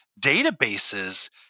databases